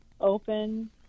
open